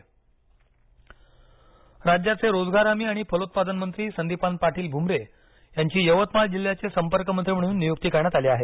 संपर्क मंत्री राज्याचे रोजगार हमी आणि फलोत्पादन मंत्री संदिपान पाटील भुमरे यांची यवतमाळ जिल्ह्याचे संपर्कमंत्री म्हणून नियुक्ती करण्यात आली आहे